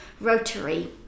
Rotary